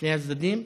משני הצדדים